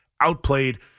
outplayed